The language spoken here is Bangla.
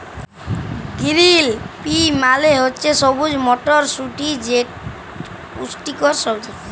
গিরিল পি মালে হছে সবুজ মটরশুঁটি যেট পুষ্টিকর সবজি